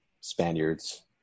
spaniards